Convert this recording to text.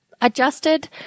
adjusted